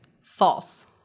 False